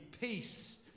peace